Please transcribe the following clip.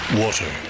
Water